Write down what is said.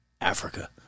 Africa